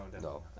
no